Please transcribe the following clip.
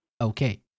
Okay